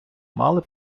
мали